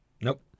Nope